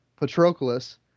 Patroclus